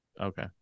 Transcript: Okay